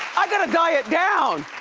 i gotta diet down.